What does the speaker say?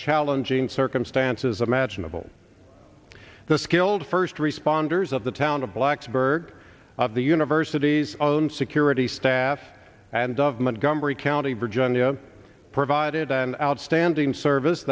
challenging circumstances imaginable the skilled first responders of the town of blacksburg of the university's own security staff and of montgomery county virginia provided an outstanding service